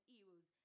euros